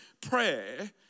prayer